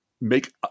make